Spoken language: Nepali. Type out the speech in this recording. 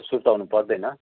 सुर्ताउनु पर्दैन